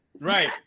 Right